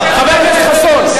תתביישו לכם.